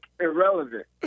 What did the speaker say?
irrelevant